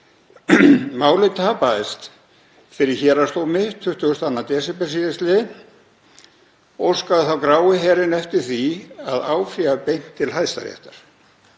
Málið tapaðist fyrir héraðsdómi 22. desember síðastliðinn. Óskaði þá grái herinn eftir því að áfrýja beint til Hæstaréttar.